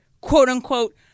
quote-unquote